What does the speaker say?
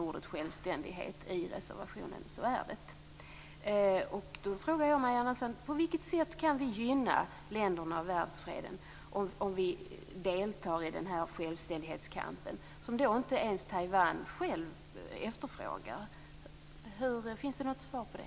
Ordet självständighet nämns nämligen i reservationen. Jag undrar på vilket sätt det kan gynna Taiwan och världsfreden om vi deltar i en självständighetskamp som inte ens Taiwan själv efterfrågar. Finns det något svar på det?